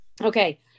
okay